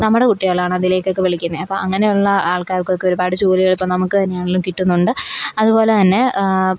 നമ്മുടെ കുട്ടികളാണ് അതിലേക്കൊക്കെ വിളിക്കുന്നത് അപ്പം അങ്ങനെയുള്ള ആൾക്കാർക്കൊക്കെ ഒരുപാട് ജോലികൾ ഇപ്പം നമുക്ക് തന്നെയാണെങ്കിലും കിട്ടുന്നുണ്ട് അതുപോലെ തന്നെ